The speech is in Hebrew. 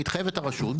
מתחייב הרשות,